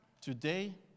Today